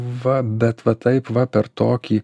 va bet va taip va per tokį